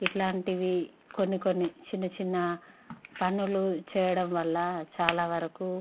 ఇలాంటివి కొన్ని కొన్ని చిన్న చిన్న పనులు చేయడం వల్ల చాలా వరకు